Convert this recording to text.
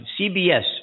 CBS